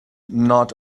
not